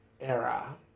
era